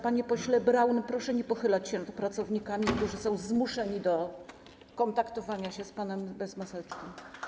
Panie pośle Braun, proszę nie pochylać się nad pracownikami, którzy są zmuszeni do kontaktowania się z panem, a jest pan bez maseczki.